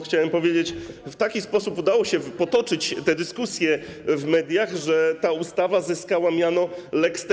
Chciałem powiedzieć, że w taki sposób udało się potoczyć tę dyskusję w mediach, że ta ustawa zyskała miano lex TVN.